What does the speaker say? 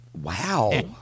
Wow